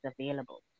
available